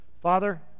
Father